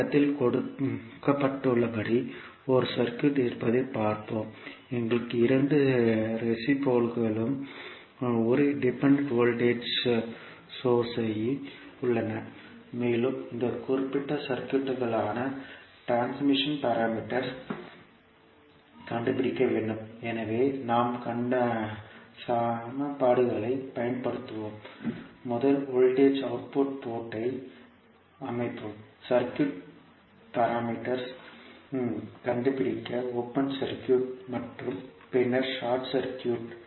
படத்தில் கொடுக்கப்பட்டுள்ளபடி ஒரு சர்க்யூட் இருப்பதைப் பார்ப்போம் எங்களுக்கு இரண்டு ரெசிஸ்டன்ஸ்களும் ஒரு டிபெண்டன்ட் வோல்டேஜ் சோர்ஸ் ஐ உள்ளன மேலும் இந்த குறிப்பிட்ட சர்க்யூட்க்கான டிரான்ஸ்மிஷன் பாராமீட்டர்ஸ் கண்டுபிடிக்க வேண்டும் எனவே நாம் சமன்பாடுகளைப் பயன்படுத்துவோம் முதல் வோல்டேஜ் அவுட்புட் போர்ட் ஐ அமைப்போம் சர்க்யூட் பாராமீட்டர்ஸ் கண்டுபிடிக்க ஓபன் சர்க்யூட் மற்றும் பின்னர் ஷார்ட் சர்க்யூட்